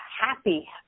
happy